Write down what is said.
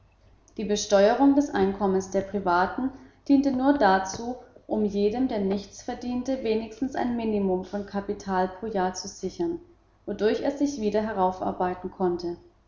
die besteuerung des einkommens der privaten diente nur dazu um jedem der nichts verdiente wenigstens ein minimum von kapital pro jahr zu sichern wodurch er sich wieder heraufarbeiten konnte